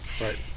Right